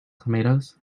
tomatoes